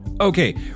Okay